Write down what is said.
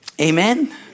Amen